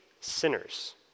sinners